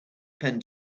pen